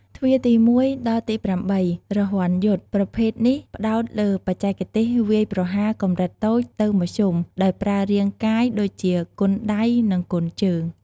ទ្វារទី១ ដល់ទី៨ រហ័នយុទ្ធ ប្រភេទនេះផ្តោតលើបច្ចេកទេសវាយប្រហារកម្រិតតូចទៅមធ្យមដោយប្រើរាងកាយ ដូចជា គុនដៃ និង គុនជើង។